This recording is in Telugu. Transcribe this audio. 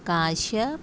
కాశ్యప్